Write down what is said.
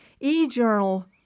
e-journal